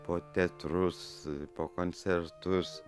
po teatrus po koncertus